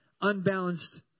unbalanced